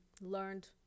learned